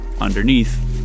underneath